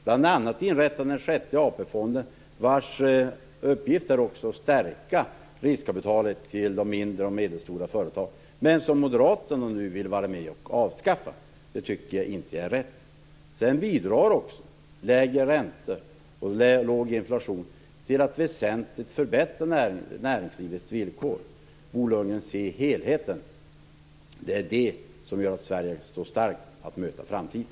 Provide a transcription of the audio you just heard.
Bl.a. har vi inrättat den sjätte AP-fonden vars uppgift också är att stärka riskkapitalet till de mindre och medelstora företag. Men den vill Moderaterna nu vara med och avskaffa. Det tycker jag inte är rätt. Sedan bidrar också lägre räntor och låg inflation till att väsentligt förbättra näringslivets villkor. Se helheten, Bo Lundgren! Det är den som gör att Sverige står starkt för att möta framtiden.